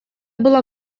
была